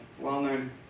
well-known